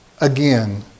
again